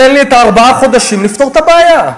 תן לי ארבעה חודשים לפתור את הבעיה.